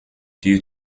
due